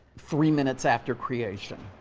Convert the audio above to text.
three minutes after creation.